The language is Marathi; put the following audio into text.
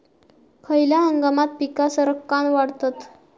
खयल्या हंगामात पीका सरक्कान वाढतत?